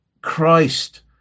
christ